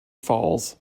follows